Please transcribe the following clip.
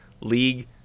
League